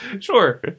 Sure